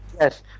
Yes